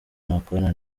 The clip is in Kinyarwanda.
nakorana